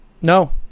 No